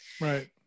Right